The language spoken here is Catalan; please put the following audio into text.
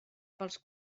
pels